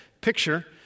picture